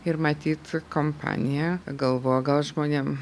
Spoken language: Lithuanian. ir matyt kompanija galvojo gal žmonėm